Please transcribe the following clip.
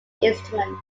instrument